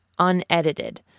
unedited